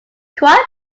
quite